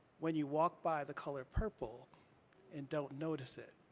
when you walk by the color purple and don't notice it,